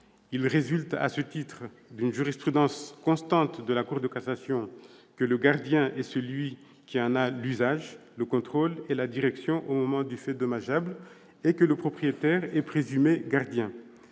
Il résulte, à ce titre, d'une jurisprudence constante de la Cour de cassation que le gardien est celui qui en a l'usage, le contrôle et la direction au moment du fait dommageable, et que le propriétaire est présumé gardien.